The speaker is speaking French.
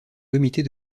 comités